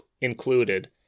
included